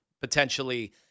potentially